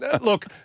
look